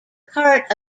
part